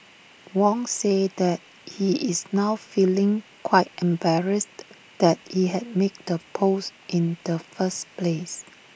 Wong said that he is now feeling quite embarrassed that he had made the post in the first place